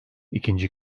ikinci